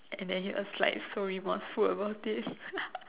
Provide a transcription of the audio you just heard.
and then he was like so remorseful about it